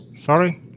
Sorry